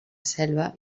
selva